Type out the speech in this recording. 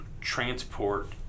transport